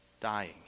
dying